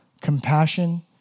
compassion